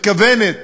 מתכוונת